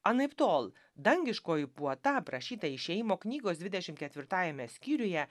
anaiptol dangiškoji puota aprašyta išėjimo knygos dvidešimt ketvirtajame skyriuje